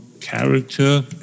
character